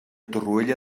torroella